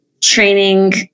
training